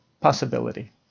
possibility